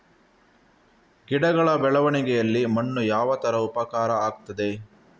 ಗಿಡಗಳ ಬೆಳವಣಿಗೆಯಲ್ಲಿ ಮಣ್ಣು ಯಾವ ತರ ಉಪಕಾರ ಆಗ್ತದೆ?